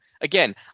Again